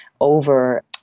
over